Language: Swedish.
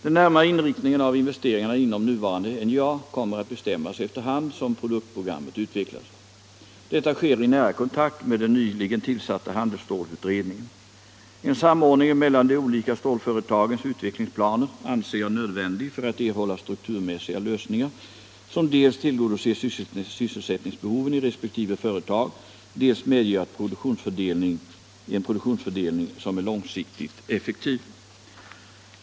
Den närmare inriktningen av investeringarna inom nuvarande NJA kommer att bestämmas efter hand som produktprogrammet utvecklas. Detta sker i nära kontakt med den nyligen tillsatta handelsstålsutredningen. En samordning mellan de olika stålföretagens utvecklingsplaner anser jag nödvändig för att erhålla strukturmässiga lösningar, som dels tillgodoser sysselsättningsbehoven i resp. företag, dels medger en produktionsfördelning som är långsiktigt effektiv.